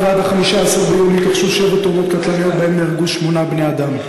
מ-8 עד 15 ביולי התרחשו שבע תאונות קטלניות ונהרגו בהן שמונה בני-אדם: